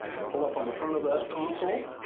and pull up on the front of that console